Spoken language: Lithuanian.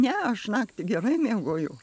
ne aš naktį gerai miegojau